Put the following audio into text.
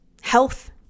health